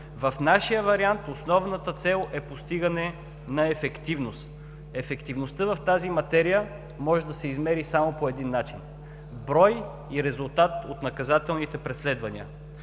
В нашия вариант основната цел е постигане на ефективност. Ефективността в тази материя може да се измери само по един начин – брой и резултат от наказателните преследвания.